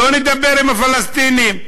לא נדבר עם הפלסטינים,